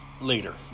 later